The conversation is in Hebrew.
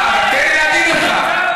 לא רוצה לעבוד בשבת.